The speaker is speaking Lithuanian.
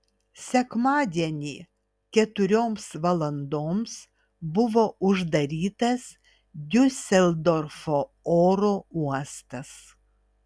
sekmadienį keturioms valandoms buvo uždarytas diuseldorfo oro uostas